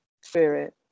spirit